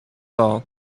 all